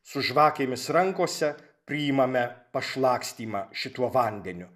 su žvakėmis rankose priimame pašlakstymą šituo vandeniu